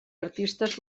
artistes